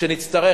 וכשנצטרך,